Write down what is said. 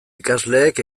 ikasleek